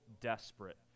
desperate